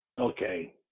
okay